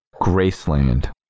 Graceland